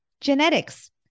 Genetics